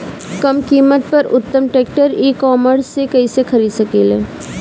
कम कीमत पर उत्तम ट्रैक्टर ई कॉमर्स से कइसे खरीद सकिले?